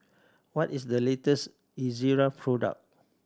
what is the latest Ezerra product